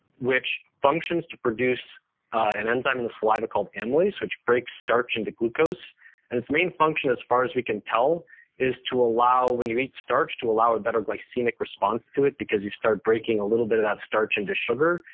which functions to produce an enzyme in the saliva called amylase, which breaks starch into glucose and it's main function as far as we can tell is to allow when you eat starch to allow a better glycemic response to it because you start breaking a little bit of that starch into sugar.